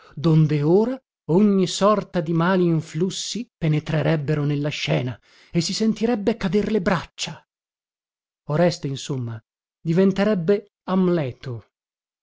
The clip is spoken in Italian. donde ora ogni sorta di mali influssi penetrerebbero nella scena e si sentirebbe cader le braccia oreste insomma diventerebbe amleto